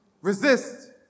resist